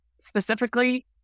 specifically